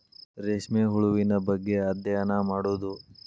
ರೇಶ್ಮೆ ಹುಳುವಿನ ಬಗ್ಗೆ ಅದ್ಯಯನಾ ಮಾಡುದು